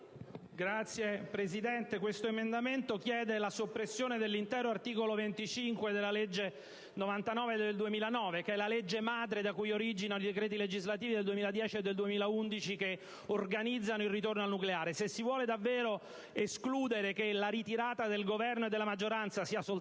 5.800 (testo corretto)/105 chiede la soppressione integrale degli articoli 25 e 26 della legge n. 99 del 2009, che è la legge madre da cui originano i decreti legislativi del 2010 e del 2011 che organizzano il ritorno al nucleare. Se si vuole escludere che la ritirata del Governo e della maggioranza sia soltanto